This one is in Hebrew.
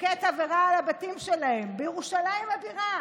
בקבוקי תבערה על הבתים שלהם בירושלים הבירה,